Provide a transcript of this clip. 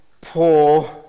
poor